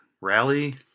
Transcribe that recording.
rally